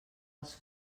els